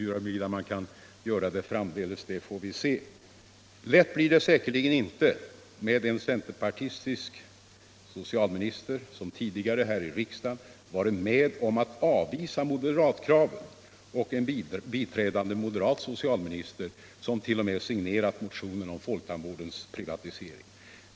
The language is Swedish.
Huruvida man kan göra det framdeles får vi se. Lätt blir det säkerligen inte med en centerpartistisk socialminister som tidigare här i riksdagen har varit med om att avvisa moderatkraven och en biträdande moderat socialminister som t.o.m. har signerat motionen om folktandvårdens privatisering.